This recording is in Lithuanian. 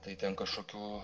tai ten kažkokių